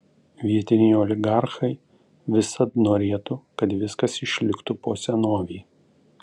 vietiniai oligarchai visad norėtų kad viskas išliktų po senovei